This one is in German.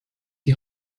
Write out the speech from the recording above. die